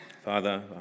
Father